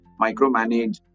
micromanage